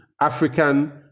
African